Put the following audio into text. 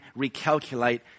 recalculate